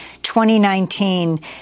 2019